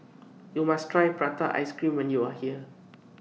YOU must Try Prata Ice Cream when YOU Are here